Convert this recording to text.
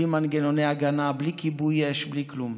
בלי מנגנוני הגנה, בלי כיבוי אש, בלי כלום.